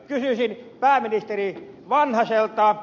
kysyisin pääministeri vanhaselta